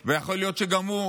ויכול להיות שגם הוא,